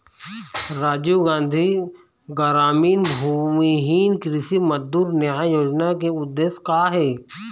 राजीव गांधी गरामीन भूमिहीन कृषि मजदूर न्याय योजना के उद्देश्य का हे?